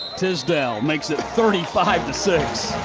tisdale makes it thirty five six.